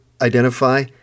identify